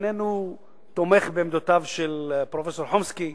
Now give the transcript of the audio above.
איננו תומך בעמדותיו של פרופסור חומסקי,